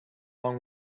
long